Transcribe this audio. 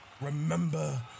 Remember